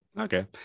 Okay